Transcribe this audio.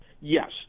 Yes